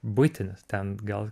buitinis ten gal